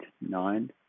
nine